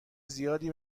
زیادی